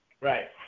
right